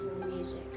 music